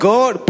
God